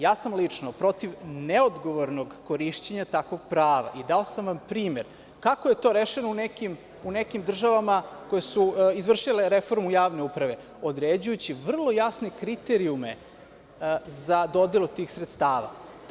Ja sam lično protiv neodgovornog korišćenja takvog prava i dao sam vam primer kako je to rešeno u nekim državama koje su izvršile reformu javne uprave, određujući vrlo jasne kriterijume za dodelu tih sredstava.